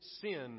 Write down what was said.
sin